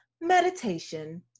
meditation